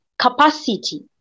capacity